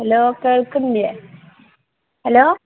hello കേൾക്കുന്നില്ലേ hello